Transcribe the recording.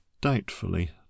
doubtfully